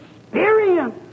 experience